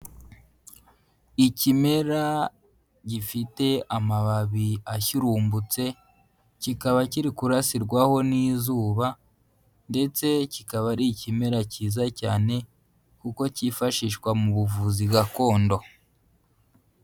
Ikimera gifite amababi ashyurumbutse, kikaba kiri kurasirwaho n'izuba ndetse kikaba ari ikimera cyiza cyane kuko cyifashishwa mu buvuzi gakondo.